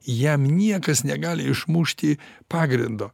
jam niekas negali išmušti pagrindo